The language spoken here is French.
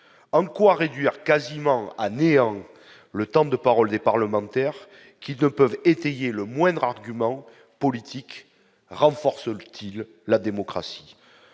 en quoi réduire quasiment à néant le temps de parole des parlementaires qui ne peuvent étayer le moindre argument politique renforce l'-t-il la démocratie